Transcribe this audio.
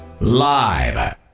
Live